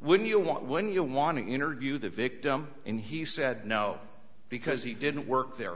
would you want when you want to interview the victim and he said no because he didn't work there